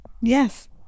Yes